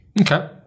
Okay